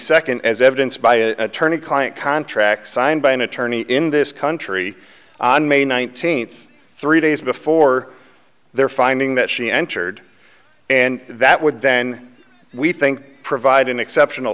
second as evidence by an attorney client contract signed by an attorney in this country on may nineteenth three days before their finding that she entered and that would then we think provide an exceptional